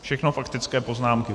Všechno faktické poznámky.